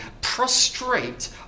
prostrate